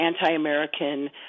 anti-American